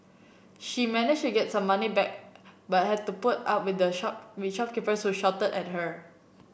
she managed get some money back but had to put up with the shop with shopkeepers shouted at her